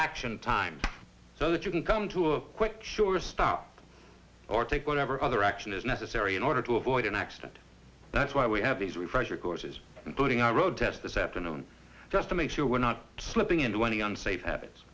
action time so that you can come to a quick sure stop or take whatever other action is necessary in order to avoid an accident that's why we have these refresher courses including our road test this afternoon just to make sure we're not slipping into any unsafe habits